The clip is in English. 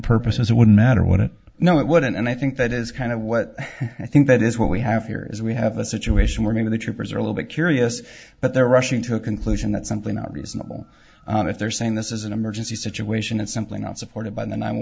purposes it wouldn't matter when it no it wouldn't and i think that is kind of what i think that is what we have here is we have a situation we're going to the troopers are a little bit curious but they're rushing to a conclusion that simply not reasonable if they're saying this is an emergency situation it's simply not supported by the